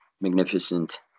magnificent